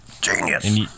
Genius